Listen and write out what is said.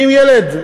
אם ילד,